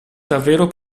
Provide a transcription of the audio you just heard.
davvero